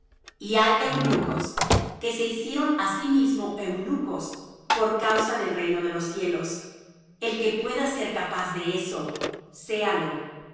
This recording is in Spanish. y hay eunucos que se hicieron á sí mismos eunucos por causa del reino de los cielos el que pueda ser capaz de eso séalo entonces le